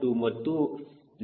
0 ಮತ್ತು 0